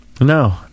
No